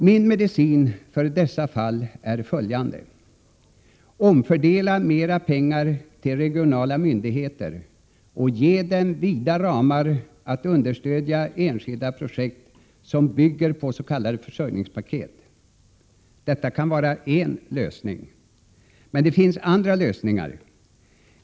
Min medicin för dessa fall är följande: Omfördela mer pengar till regionala myndigheter och ge dem vida ramar att understödja enskilda projekt som bygger på s.k. försörjningspaket. Detta kan vara en lösning. Men det finns andra lösningar.